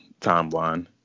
timeline